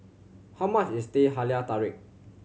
how much is Teh Halia Tarik